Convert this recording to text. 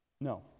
No